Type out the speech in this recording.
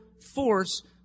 force